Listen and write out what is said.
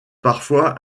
parfois